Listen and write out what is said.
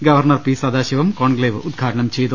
governor P Sadasivam conclave ഉദ്ഘാടനം ചെയ്തു